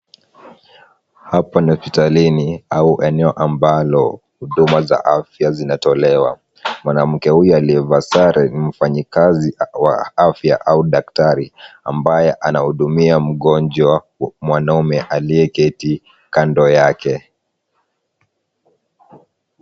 Hapa ni hospitalini au eneo ambalo huduma za afya zinatolewa. Mwanamke huyu aliyevaa sare ni mfanyakazi wa afya au daktari ambaye anahudumia mgonjwa mwanaume aliyeketi kando yake.